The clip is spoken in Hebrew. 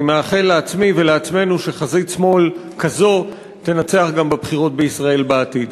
אני מאחל לעצמי ולעצמנו שחזית שמאל כזו תנצח גם בבחירות בישראל בעתיד,